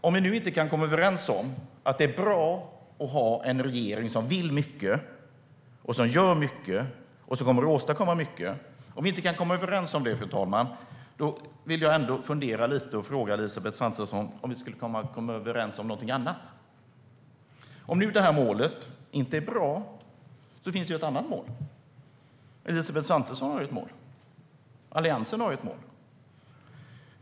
Om vi inte kan komma överens om att det är bra att ha en regering som vill mycket, som gör mycket och som kommer att åstadkomma mycket, om vi inte kan komma överens om det, fru talman, vill jag fråga Elisabeth Svantesson om vi inte kunde komma överens om något annat. Om målet inte är bra finns det ett annat mål. Elisabeth Svantesson har ett mål. Alliansen har ett mål.